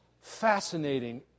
fascinating